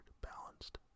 balanced